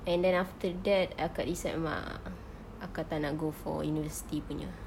and then after that akak decide memang akak tak nak go for university punya